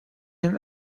him